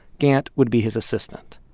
gantt would be his assistant